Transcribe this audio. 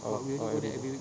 oh oh everyday